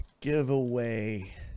giveaway